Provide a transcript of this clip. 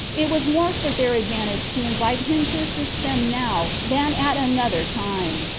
it was more for their advantage to invite him to assist them now than at another time.